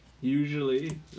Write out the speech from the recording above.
usually